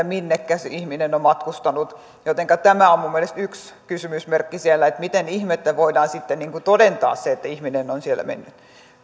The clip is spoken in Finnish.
minnekä se ihminen on siitä eteenpäin mennessään matkustanut jotenka tämä on minun mielestäni yksi kysymysmerkki siellä että miten ihmeessä voidaan sitten todentaa se että ihminen on siellä mennyt